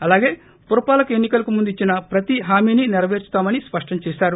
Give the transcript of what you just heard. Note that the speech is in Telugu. అలాగే పురపాలక ఎన్ని కలకు ముందు ఇచ్చిన ప్రతి హామీని సెరపేర్చుతామని స్పష్టం చేసారు